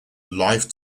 life